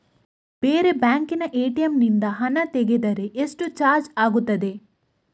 ಬೇರೆ ಬ್ಯಾಂಕಿನ ಎ.ಟಿ.ಎಂ ನಿಂದ ಹಣ ತೆಗೆದರೆ ಎಷ್ಟು ಚಾರ್ಜ್ ಆಗುತ್ತದೆ?